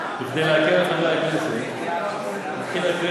זה נכון